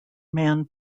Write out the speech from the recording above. man